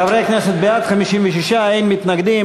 חברי הכנסת, בעד, 56. אין מתנגדים.